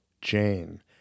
Jane